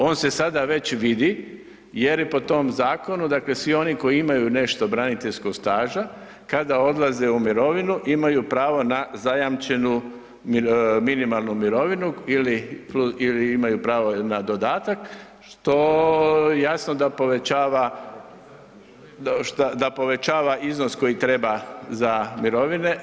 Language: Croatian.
On se sada već vidi jer i po tom zakonu svi oni koji imaju nešto braniteljskog staža kada odlaze u mirovinu imaju pravo na zajamčenu minimalnu mirovinu ili imaju pravo na dodatak što jasno da povećava iznos koji treba za mirovine.